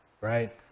right